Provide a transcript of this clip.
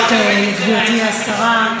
חברת הכנסת רויטל סויד, בבקשה.